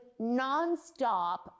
nonstop